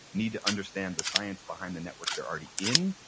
need to understand the science behind the network they're already in.